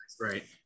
right